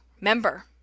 member